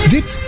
Dit